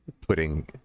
putting